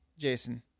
Jason